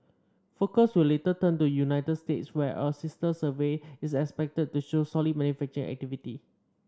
focus will later turn to United States where a sister survey is expected to show solid manufacturing activity